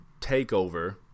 takeover